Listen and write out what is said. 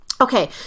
okay